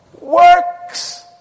works